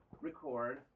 record